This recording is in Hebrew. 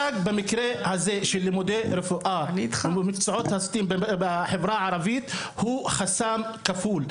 במקרה הזה של לימודי רפואה ומקצועות ה-STEAM בחברה הערבית הוא חסם כפול.